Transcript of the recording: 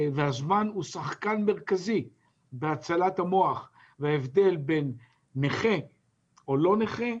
והזמן הוא שחקן מרכזי בהצלת המוח וההבדל בין נכה או לא נכה,